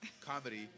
comedy